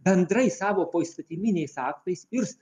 bendrai savo poįstatyminiais aktais ir